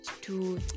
two